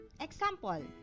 Example